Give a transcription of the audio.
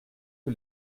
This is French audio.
que